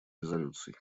резолюций